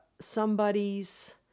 somebody's